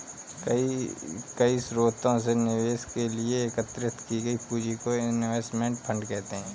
कई स्रोतों से निवेश के लिए एकत्रित की गई पूंजी को इनवेस्टमेंट फंड कहते हैं